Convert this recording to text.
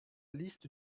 liste